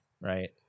right